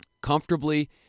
comfortably